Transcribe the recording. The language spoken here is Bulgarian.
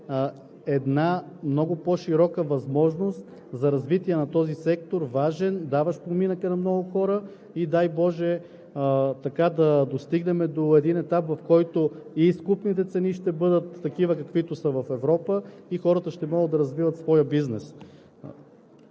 една много по-широка възможност за развитие на този важен сектор, даващ поминъка на много хора. И дай боже, да достигнем до един етап, в който и изкупните цени ще бъдат такива, каквито са в Европа, и хората ще могат да развиват своя бизнес.